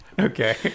Okay